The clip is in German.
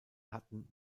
hatten